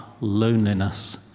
loneliness